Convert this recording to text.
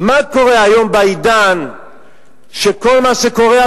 מה קורה היום בעידן של כל מה שקורה,